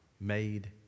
made